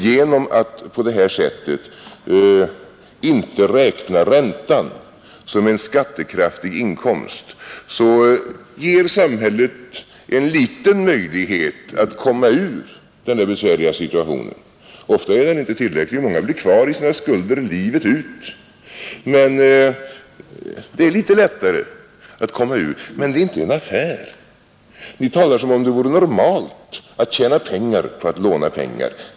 Genom att på det här sättet inte räkna räntan som en skattekraftig inkomst ger samhället en liten möjlighet att komma ur denna besvärliga situation. Ofta är den inte tillräcklig, många blir kvar i sina skulder livet ut. Det är litet lättare men det är inte en affär. Ni talar som om det vore normalt att tjäna pengar på att låna pengar.